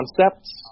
concepts